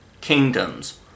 kingdoms